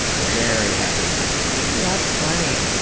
very happy when i came through the door. that's funny.